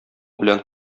белән